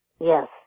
Yes